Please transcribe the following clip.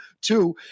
two